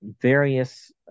various